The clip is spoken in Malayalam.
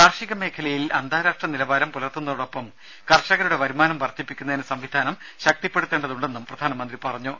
കാർഷിക മേഖലയിൽ അന്താരാഷ്ട്ര നിലവാരം പുലർത്തുന്നതോടൊപ്പം കർഷകരുടെ വരുമാനം വർധിപ്പിക്കുന്നതിന് സംവിധാനം ശക്തിപ്പെടുത്തേണ്ടതുണ്ടെന്നും പ്രധാനമന്ത്രി പറഞ്ഞു